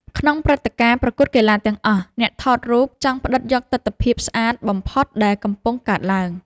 ក្នុងព្រឹត្តិការណ៍ ប្រកួតកីឡាទាំងអស់ អ្នកថតរូបចង់ផ្តិតយកទិដ្ឋភាពស្អាតបំផុតដែលកំពុងកើតឡើង។